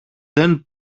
δεν